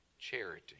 charity